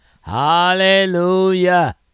hallelujah